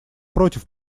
против